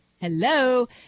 Hello